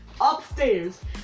upstairs